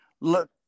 Look